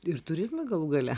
ir turizmui galų gale